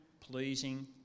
pleasing